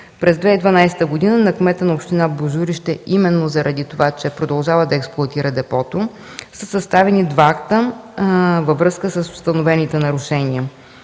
През 2012 г. на кмета на община Божурище именно заради това, че продължава да експлоатира депото, са съставени два акта във връзка с установените нарушения.